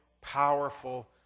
powerful